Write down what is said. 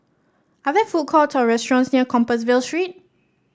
are there food courts or restaurants near Compassvale Street